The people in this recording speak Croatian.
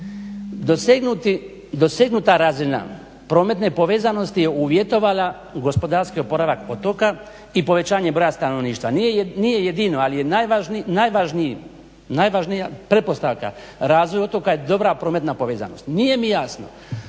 Dosegnuta razina prometne povezanosti je uvjetovala gospodarski oporavak otoka i povećanje broja stanovništva. Nije jedino, ali je najvažnija pretpostavka razvoj otoka, je dobra prometna povezanost. Nije mi jasno